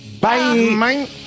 Bye